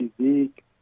physique